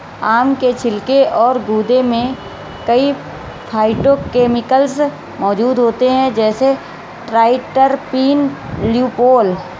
आम के छिलके और गूदे में कई फाइटोकेमिकल्स मौजूद होते हैं, जैसे ट्राइटरपीन, ल्यूपोल